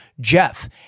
Jeff